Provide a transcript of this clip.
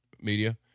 media